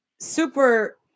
Super